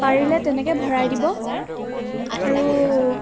পাৰিলে তেনেকৈ ভৰাই দিব আৰু